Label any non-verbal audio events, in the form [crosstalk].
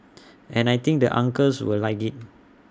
[noise] and I think the uncles will like IT